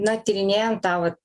na tyrinėjan tą vat